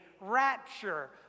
rapture